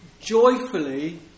joyfully